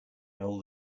hold